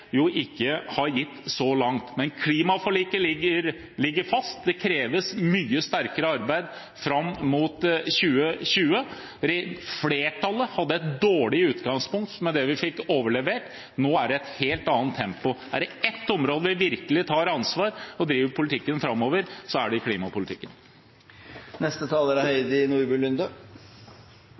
jo ikke har gitt så langt. Men klimaforliket ligger fast, det kreves mye sterkere arbeid fram mot 2020. Flertallet hadde et dårlig utgangspunkt med det vi fikk overlevert. Nå er det et helt annet tempo. Er det ett område vi virkelig tar ansvar og driver politikken framover på, er det klimapolitikken. Hvis det hadde vært like mange mennesker i salen under hele debatten som det er